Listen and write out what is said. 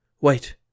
Wait